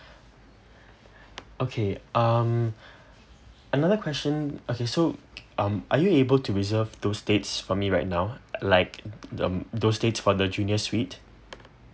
okay um another question okay so um are you able to reserve those dates for me right now like um those dates for the junior suite